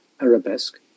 arabesque